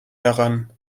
heran